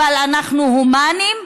אבל אנחנו הומניים?